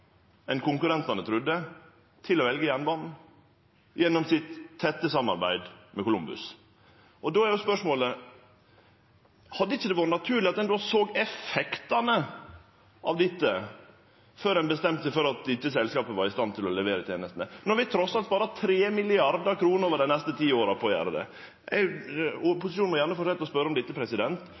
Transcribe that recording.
til å velje jernbanen enn konkurrentane trudde, gjennom det tette samarbeidet med Kolumbus. Då er spørsmålet: Hadde det ikkje vore naturleg at ein såg effektane av dette før ein bestemde seg for at selskapet ikkje var i stand til å levere tenestene? Vi sparer trass alt 3 mrd. kr over dei neste åra på å gjere det. Opposisjonen må gjerne fortsetje med å spørje om dette,